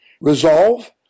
resolve